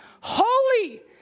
holy